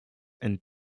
and